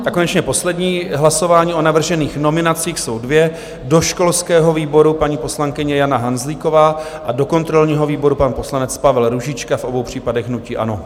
A konečně poslední hlasování o navržených nominacích, jsou dvě, do školského výboru paní poslankyně Jana Hanzlíková a do kontrolního výboru pan poslanec Pavel Růžička, v obou případech hnutí ANO.